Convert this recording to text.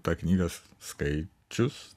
tą knygą skaičius